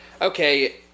okay